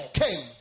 came